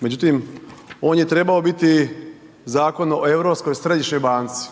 međutim on je trebao biti zakon o Europskoj središnjoj banci.